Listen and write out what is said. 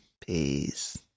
Peace